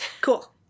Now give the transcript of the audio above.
cool